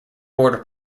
border